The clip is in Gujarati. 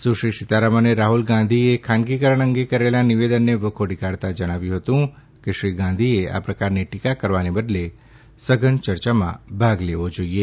સુશ્રી સીતારમણે રાહુલ ગાંધીએ ખાનગીકરણ અંગે કરેલા નિવેદનને વખોડી કાઢતા જણાવ્યું હતું કે શ્રી ગાંધીએ આ પ્રકારની ટીકા કરવાને બદલે સઘન ચર્ચામાં ભાગ લેવો જોઈએ